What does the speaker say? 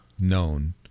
known